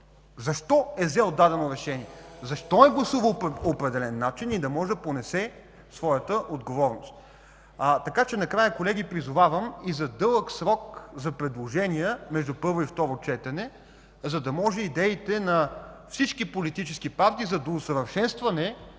защо е взел дадено решение, защо е гласувал по определен начин и той да може да понесе своята отговорност. Накрая, колеги, призовавам за дълъг срок за предложения между първо и второ четене, за да може идеите на всички политически партии за доусъвършенстване